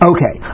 Okay